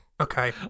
Okay